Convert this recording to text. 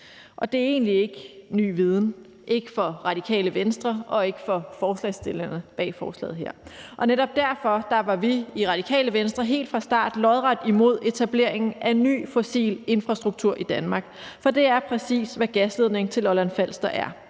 Og det er egentlig ikke ny viden, ikke for Radikale Venstre og ikke for forslagsstillerne bag forslaget her. Netop derfor var vi i Radikale Venstre helt fra start lodret imod etableringen af ny fossil infrastruktur i Danmark. For det er, præcis hvad gasledningen til Lolland-Falster er: